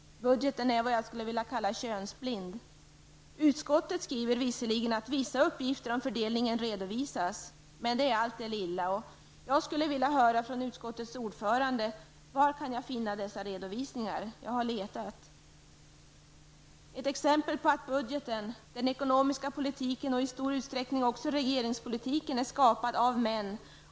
Budgeten är så att säga könsblind. Utskottet skriver visserligen att ''vissa'' uppgifter om fördelningen redovisas. Men det är allt det lilla. Jag vill fråga utskottets ordförande: Var kan jag finna dessa redovisningar? Jag har letat. Budgeten, den ekonomiska politiken och i stor utsträckning också regeringspolitiken är skapad av män.